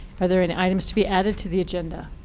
are there any items to be added to the agenda?